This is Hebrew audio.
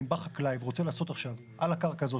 אם בא חקלאי ורוצה לעשות עכשיו על הקרקע הזאת